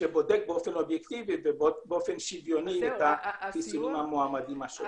שבודק באופן אובייקטיבי ושוויוני את החיסונים המועמדים השונים.